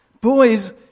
boys